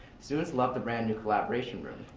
students love the brand new collaboration room.